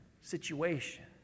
situation